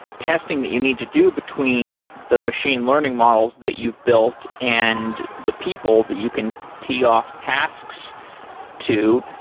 testing that you need to do between the machine learning models that you've built and the people that you can tee off tasks to.